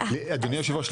אדוני יושב הראש,